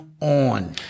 on